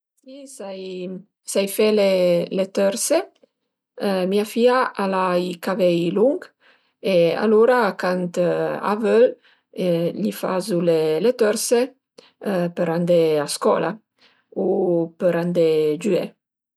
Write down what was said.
Si sai fe le tërse, mia fìa al a i cavei lunch e alura cant a völ gl'i fazu le tërse për andé a scola u për andé giüé